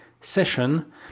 session